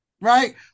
Right